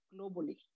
globally